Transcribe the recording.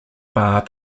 bar